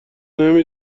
نمی